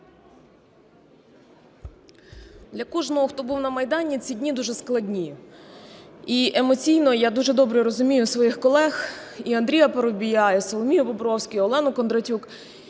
Для кожного, хто був на Майдані, ці дні дуже складні. І емоційно я дуже добре розумію своїх колег: і Андрія Парубія, і Соломію Бобровську, і Олену Кондратюк.